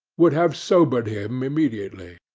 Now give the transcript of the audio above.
would have sobered him immediately.